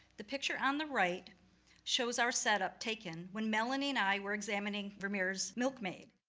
the picture on the right shows our set up taken, when melanie and i were examining vermeer's milkmaid.